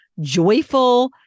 joyful